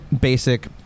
basic